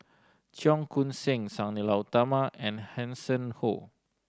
Cheong Koon Seng Sang Nila Utama and Hanson Ho